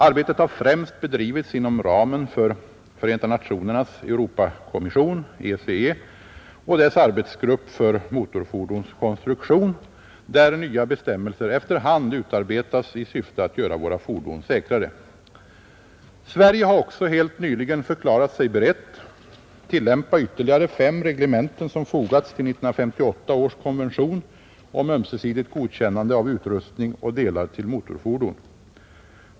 Arbetet har främst bedrivits inom ramen för FN:s europakommission, ECE, och dess arbetsgrupp för motorfordons konstruktion, där nya bestämmelser efter hand utarbetas i syfte att göra våra fordon säkrare. Sverige har också helt nyligen förklarat sig berett tillämpa ytterligare fem reglementen som fogats till 1958 års konvention om ömsesidigt godkännande av utrustning och delar till motorfordon.